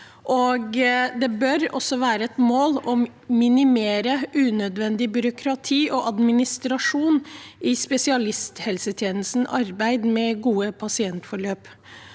Det bør også være et mål å minimere unødvendig byråkrati og administrasjon i spesialisthelsetjenestens arbeid med gode pasientforløp.